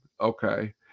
okay